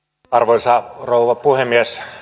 arvoisa rouva puhemies